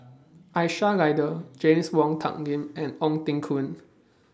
Aisyah Lyana James Wong Tuck Yim and Ong Teng Koon